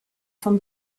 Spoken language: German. von